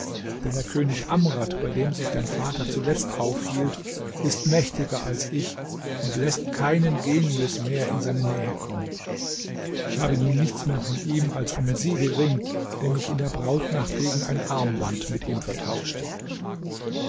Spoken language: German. denn der könig amrad bei dem sich dein vater zuletzt aufhielt ist mächtiger als ich und läßt keinen genius mehr in seine nähe kommen ich habe nun nichts mehr von ihm als einen siegelring den ich in der brautnacht gegen ein armband mit ihm vertauschte